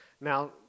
now